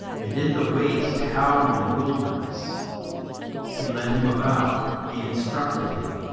and in the waste howling wilderness he led him about, he instructed him,